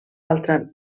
altra